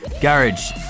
Garage